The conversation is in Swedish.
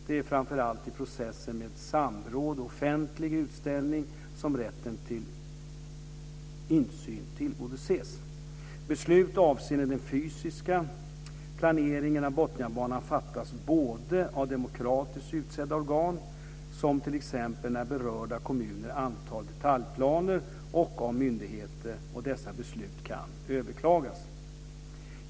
Det är framför allt i processen med samråd och offentlig utställning som rätten till insyn tillgodoses. Beslut avseende den fysiska planeringen av Botniabanan fattas både av demokratiskt utsedda organ, som t.ex. när berörda kommuner antar detaljplaner, och av myndigheter. Dessa beslut kan överklagas.